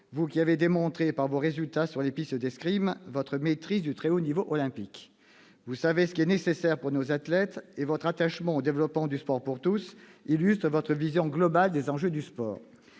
vous qui avez démontré par vos résultats sur les pistes d'escrime votre maîtrise du très haut niveau olympique. Vous savez ce qui est nécessaire pour nos athlètes et votre attachement au développement du sport pour tous illustre votre vision globale des enjeux du sport.